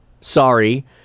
Sorry